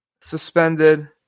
suspended